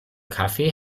kaffee